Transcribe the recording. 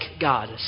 God